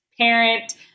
parent